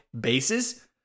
bases